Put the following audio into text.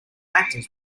actors